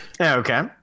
Okay